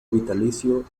vitalicio